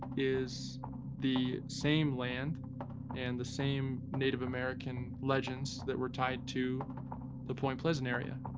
is the same land and the same native american legends that were tied to the point pleasant area,